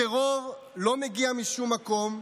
הטרור לא מגיע משום מקום,